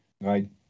Right